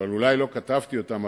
אולי לא אני כתבתי אותם,